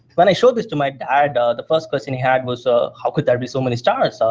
when i showed this to my dad, the first question he had was ah how could there be so many stars? so